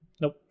nope